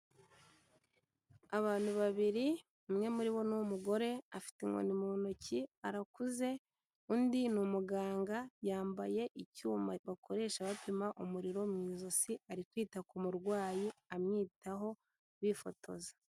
Abantu babiri umwe muri bo n'umugore afite inkoni mu ntoki, arakuze undi ni umuganga yambaye icyuma bakoresha bapima umuriro mu ijosi, ari kwita ku murwayi amwitaho bifotoza.